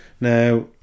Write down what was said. now